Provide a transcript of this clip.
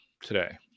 today